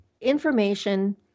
information